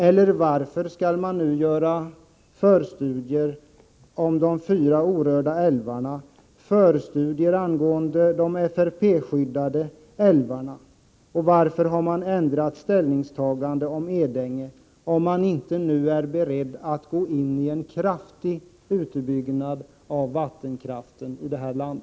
Eller varför skall man nu göra förstudier om de fyra orörda älvarna, förstudier angående de FRP-skyddade älvarna? Och varför har man ändrat ställningstagande beträffande Edänge, om man inte är beredd att gå in i en kraftig utbyggnad av vattenkraften i detta land?